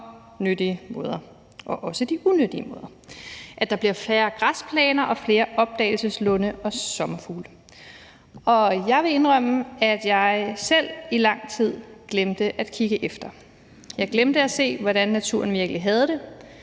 og nyttige måder og også unyttige måder, og at der bliver færre græsplæner og flere opdagelseslunde og sommerfugle. Jeg vil indrømme, at jeg selv i lang tid glemte at kigge efter. Jeg glemte at se, hvordan naturen virkelig havde det.